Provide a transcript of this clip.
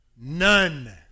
None